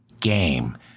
game